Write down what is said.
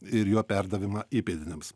ir jo perdavimą įpėdiniams